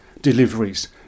deliveries